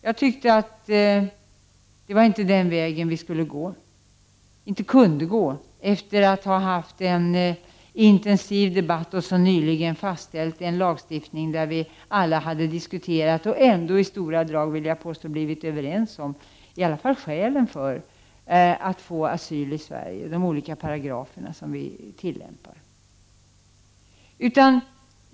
Jag tyckte inte att det var den väg som vi skulle eller kunde gå, efter att ha haft en intensiv debatt och efter att så nyligen ha fattat beslut om en lagstiftning som vi diskuterade men ändå i stora drag blev överens om. Vi var åtminstone överens om vilka skäl som skulle godtas för att utfärda asyl.